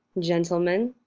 gentlemen.